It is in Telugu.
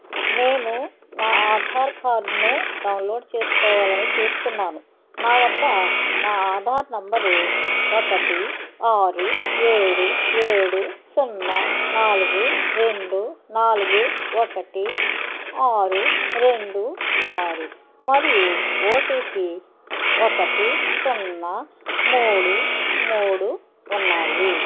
నేను నా ఆధార్ కార్డ్ను డౌన్లోడ్ చేసుకోవాలని చూస్తున్నాను నా వద్ద నా ఆధార్ నెంబరు ఒకటి ఆరు ఏడు ఏడు సున్నా నాలుగు రెండు నాలుగు ఒకటి ఆరు రెండు ఆరు మరియు ఓ టీ పీ ఒకటి సున్నా మూడు మూడు ఉన్నాయి